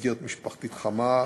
למסגרת משפחתית חמה,